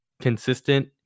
consistent